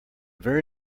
very